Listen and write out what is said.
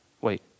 Wait